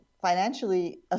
financially